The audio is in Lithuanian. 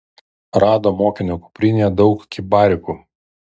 rado mokinio kuprinėje daug kibarikų